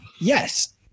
Yes